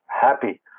happy